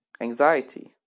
anxiety